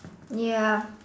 ya